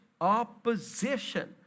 opposition